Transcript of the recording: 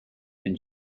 and